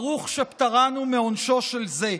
ברוך שפטרנו מעונשו של זה.